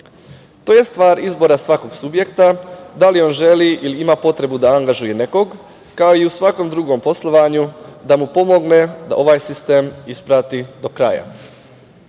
To je stvar izbora svakog subjekta, da li on želi ili ima potrebu da angažuje nekog, kao i u svakom drugom poslovanju, da mu pomogne da ovaj sistem isprati do kraja.